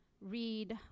read